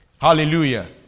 Hallelujah